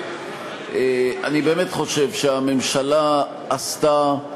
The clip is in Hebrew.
אני באמת חושב שהממשלה עשתה,